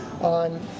on